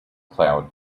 cloud